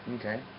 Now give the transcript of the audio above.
Okay